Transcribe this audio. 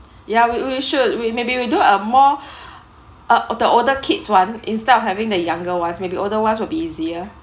ya we we should we maybe we do a more uh all the older kids one instead of having the younger ones maybe older ones will be easier